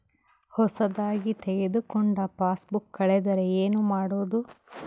ಹೊಸದಾಗಿ ತೆಗೆದುಕೊಂಡ ಪಾಸ್ಬುಕ್ ಕಳೆದರೆ ಏನು ಮಾಡೋದು?